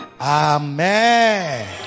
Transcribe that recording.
Amen